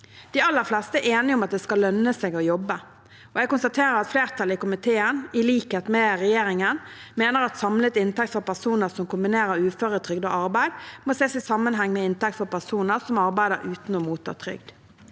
De aller fleste er enige om at det skal lønne seg å jobbe. Jeg konstaterer at flertallet i komiteen, i likhet med regjeringen, mener at samlet inntekt for personer som kombinerer uføretrygd og arbeid, må ses i sammenheng med inntekt for personer som arbeider uten å motta trygd.